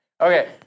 Okay